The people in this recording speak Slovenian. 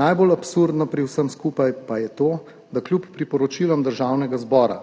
Najbolj absurdno pri vsem skupaj pa je to, da kljub priporočilom Državnega zbora,